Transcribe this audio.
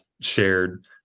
shared